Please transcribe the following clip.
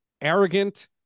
arrogant